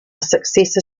successor